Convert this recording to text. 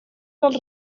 dels